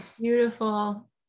Beautiful